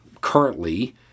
currently